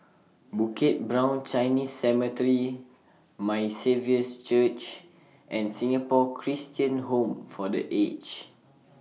Bukit Brown Chinese Cemetery My Saviour's Church and Singapore Christian Home For The Aged